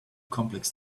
complex